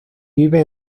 vive